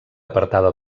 apartada